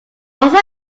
also